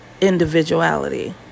individuality